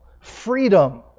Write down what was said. Freedom